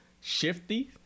shifty